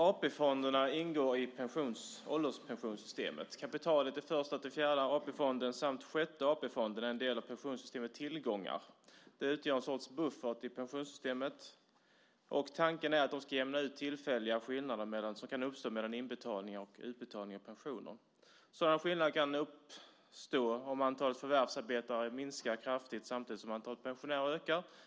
AP-fonderna ingår i ålderspensionssystemet. Kapitalet i Första-Fjärde AP-fonden samt Sjätte AP-fonden är en del av pensionssystemets tillgångar och utgör en sorts buffert i pensionssystemet. Tanken är att fondernas kapital ska användas till att jämna ut tillfälliga skillnader som kan uppstå mellan inbetalningar och utbetalningar av pensioner. Sådana skillnader kan uppstå om antalet förvärvsarbetande minskar kraftigt samtidigt som antalet pensionärer ökar.